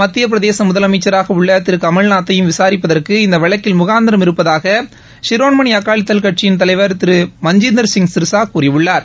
மத்திய பிரதேச முதலமைச்சராக உள்ள திரு கமல்நாத்தையும் விசாரிப்பதற்கு இந்த வழக்கில் முகாந்திரம் இருப்பதாக இஷிரோண்மணி அங்விதள் கட்சியின் தலைவர் திரு மஞ்ஜிந்தர் சிங் சிர்சா கூறியுள்ளார்